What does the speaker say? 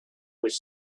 with